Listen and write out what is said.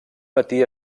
matí